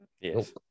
Yes